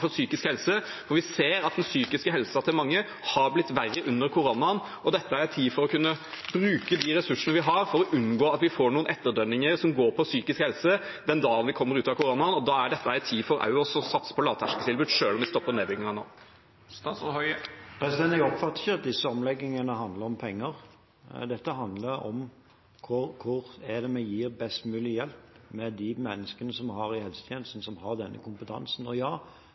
for psykisk helse, for vi ser at den psykiske helsen til mange har blitt verre under koronaen. Dette er en tid for å bruke de ressursene vi har, for å unngå at vi får noen etterdønninger som går på psykisk helse den dagen vi kommer ut av koronaen. Da er dette en tid for også å satse på lavterskeltilbud og stoppe nedbyggingen. Jeg oppfatter ikke at disse omleggingene handler om penger. Dette handler om hvor det er vi gir best mulig hjelp med de menneskene vi har i helsetjenesten som har denne kompetansen. Ja, det er skrikende mangel ikke minst på spesialister, psykologer og